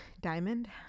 Diamond